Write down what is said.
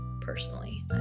personally